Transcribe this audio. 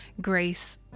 grace